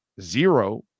Zero